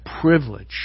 privilege